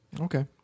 okay